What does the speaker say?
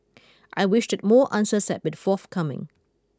I wish that more answers had been forthcoming